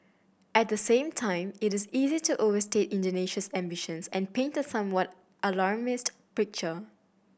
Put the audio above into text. at the same time it is easy to overstate Indonesia's ambitions and paint a somewhat alarmist picture